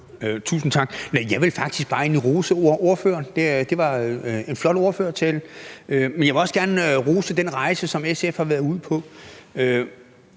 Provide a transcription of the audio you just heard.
Tusind tak. Jeg vil faktisk egentlig bare rose ordføreren – det var en flot ordførertale. Men jeg vil også gerne rose SF for den rejse, som de har været ude på.